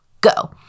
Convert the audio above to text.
go